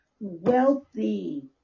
wealthy